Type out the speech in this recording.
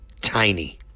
Tiny